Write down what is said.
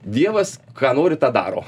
dievas ką nori tą daro